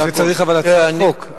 אבל בשביל זה צריך הצעת חוק.